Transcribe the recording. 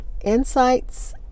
insights